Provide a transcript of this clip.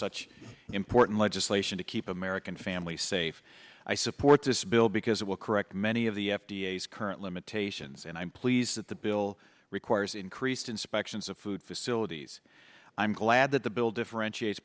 such important legislation to keep american families safe i support this bill because it will correct many of the f d a s current limitations and i'm pleased that the bill requires increased inspections of food facilities i'm glad that the bill differentiate